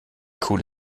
cool